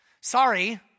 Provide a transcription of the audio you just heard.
Sorry